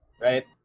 Right